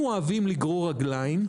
אנחנו אוהבים לגרור רגליים,